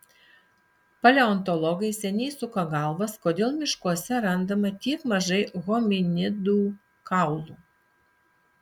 paleontologai seniai suka galvas kodėl miškuose randama tiek mažai hominidų kaulų